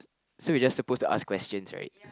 so we are just suppose to ask questions right